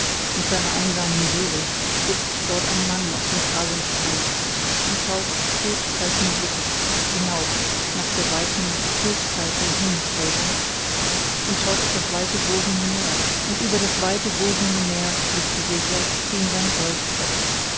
mit seiner einsamen seele sitzt dort ein mann auf dem kahlen strand und schaut todkalten blickes hinauf nach der weiten todkalten himmelswölbung und schaut auf das weite wogende meer und über das weite wogende meer lüftesegler ziehn seine seufzer